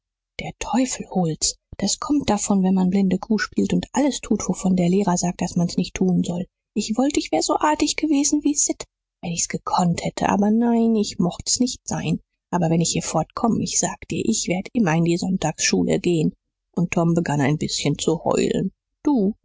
der teufel hol's das kommt davon wenn man blindekuh spielt und alles tut wovon der lehrer sagt daß man's nicht tun soll ich wollt ich wär so artig gewesen wie sid wenn ich's gekonnt hätte aber nein ich mocht's nicht sein aber wenn ich hier fortkomm ich sag dir ich werd immer in die sonntagsschule gehen und tom begann ein bißchen zu heulen du